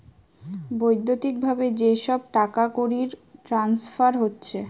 বৈদ্যুতিক ভাবে যে সব টাকাকড়ির ট্রান্সফার হচ্ছে